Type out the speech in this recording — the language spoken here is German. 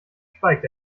schweigt